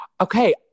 Okay